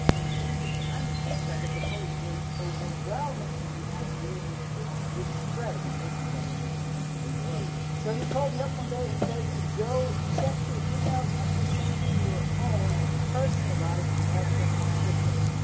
the interest and feedback of the colleagues was overwhelming and the idea was born to spread this product across the globe. so he called me up one day and said joe, check your emails! i've just sent you your own personalized airplane sticker!